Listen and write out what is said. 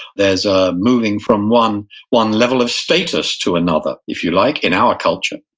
there's ah moving from one one level of status to another, if you like, in our culture.